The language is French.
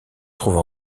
trouve